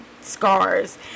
scars